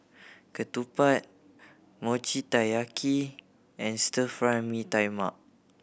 ketupat Mochi Taiyaki and Stir Fry Mee Tai Mak